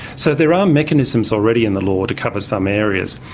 so there are mechanisms already in the law to cover some areas.